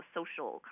social